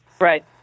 Right